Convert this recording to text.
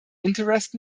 interest